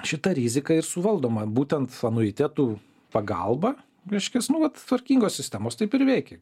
šita rizika ir suvaldoma būtent anuitetų pagalba reiškias nu vat tvarkingos sistemos taip ir veikia